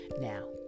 Now